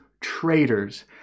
traitors